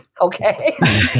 Okay